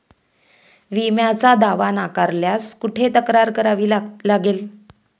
विम्याचा दावा नाकारल्यास कुठे तक्रार करावी लागेल?